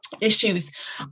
issues